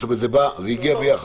זאת אומרת, זה הגיע ביחד.